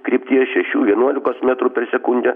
krypties šešių vienuolikos metrų per sekundę